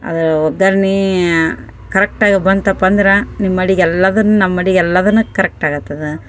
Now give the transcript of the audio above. ಅದು ಒಗ್ಗರ್ಣೆಯಾ ಕರೆಕ್ಟಾಗಿ ಬಂತಪ್ಪ ಅಂದ್ರೆ ನಿಮ್ಮ ಅಡುಗೆ ಎಲ್ಲಾದನ್ನು ನಮ್ಮ ಅಡುಗೆ ಎಲ್ಲಾದನ್ನು ಕರೆಕ್ಟ್ ಆಗುತ್ತದೆ